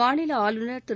மாநில ஆளுநர் திரு